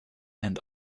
and